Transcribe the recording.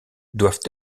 doivent